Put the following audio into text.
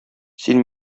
син